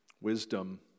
wisdom